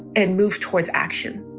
and move towards action